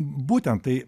būtent tai